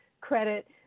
credit